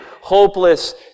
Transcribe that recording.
hopeless